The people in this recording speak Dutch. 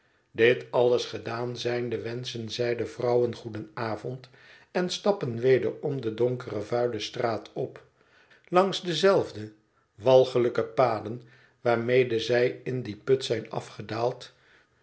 dit alles gedaan zijnde wenscben zij de vrouwen goedenavond en stappen wederom de donkere vuile straat op langs dezelfde walgelijke paden waarmede zij in dien put zijn afgedaald